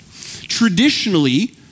Traditionally